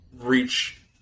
reach